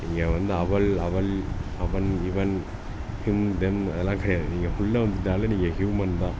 இங்கே வந்து அவள் அவள் அவன் இவன் ஹிம் தெம் அதெல்லாம் கிடையாது நீங்கள் உள்ளே வந்துவிட்டாலே நீங்கள் ஹூமன் தான்